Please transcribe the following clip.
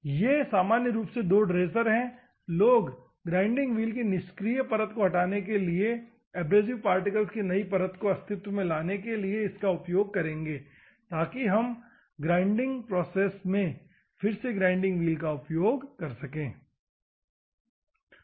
ये सामान्य रूप से दो ड्रेसर हैं लोग ग्राइंडिंग व्हील की निष्क्रिय परत को हटाने के लिए एब्रेसिव पार्टिकल्स की नई परत को अस्तित्व में लाने के लिए उपयोग करेंगे ताकि हम पीसने की प्रक्रिया के लिए फिर से ग्राइंडिंग व्हील का उपयोग कर सकें